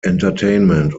entertainment